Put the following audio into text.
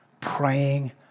Praying